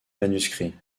manuscrit